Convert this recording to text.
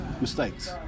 mistakes